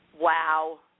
Wow